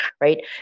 right